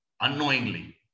unknowingly